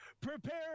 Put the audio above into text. prepare